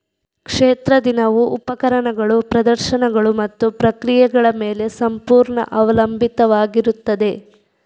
ಕ್ಷೇತ್ರ ದಿನವು ಉಪಕರಣಗಳು, ಪ್ರದರ್ಶನಗಳು ಮತ್ತು ಪ್ರಕ್ರಿಯೆಗಳ ಮೇಲೆ ಸಂಪೂರ್ಣ ಅವಲಂಬಿತವಾಗಿರುತ್ತದೆ